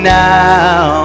now